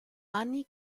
anni